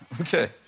Okay